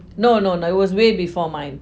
no no no it was way before mine